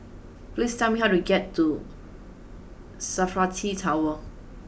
please tell me how to get to Safari T Tower